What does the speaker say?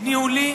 ניהולי